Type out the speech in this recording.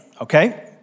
okay